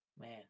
Man